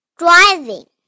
driving